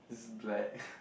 black